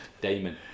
Damon